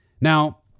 Now